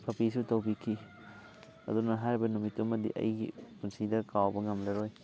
ꯄꯞꯄꯤꯁꯨ ꯇꯧꯕꯤꯈꯤ ꯑꯗꯨꯅ ꯍꯥꯏꯔꯤꯕ ꯅꯨꯃꯤꯠꯇꯨꯃꯗꯤ ꯑꯩꯒꯤ ꯄꯨꯟꯁꯤꯗ ꯀꯥꯎꯕ ꯉꯝꯂꯔꯣꯏ